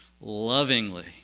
lovingly